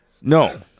No